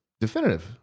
Definitive